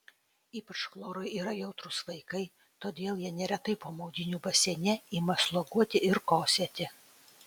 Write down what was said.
ypač chlorui yra jautrūs vaikai todėl jie neretai po maudynių baseine ima sloguoti ir kosėti